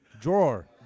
Drawer